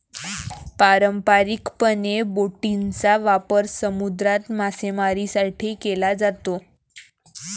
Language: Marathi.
पारंपारिकपणे, बोटींचा वापर समुद्रात मासेमारीसाठी केला जातो